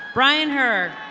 bryan hur.